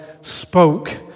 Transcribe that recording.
spoke